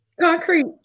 concrete